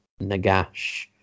Nagash